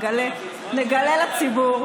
נגלה לציבור.